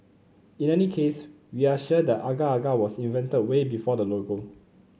in any case we are sure the agar agar was invented way before the logo